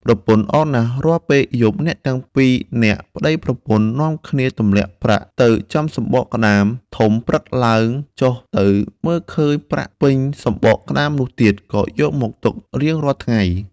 ប្រពន្ធអរណាស់រាល់ពេលយប់អ្នកទាំងពីរនាក់ប្ដីប្រពន្ធនាំគ្នាទម្លាក់ប្រាក់ទៅចំសំបកក្ដាមធំព្រឹកឡើងចុះទៅមើលឃើញប្រាក់ពេញសំបកក្ដាមនោះទៀត ក៏យកមកទុករៀងរាល់ថ្ងៃ ។